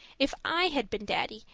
if i had been daddy,